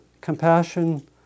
compassion